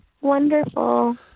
wonderful